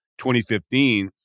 2015